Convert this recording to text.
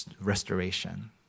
restoration